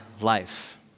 life